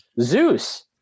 Zeus